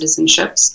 citizenships